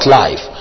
life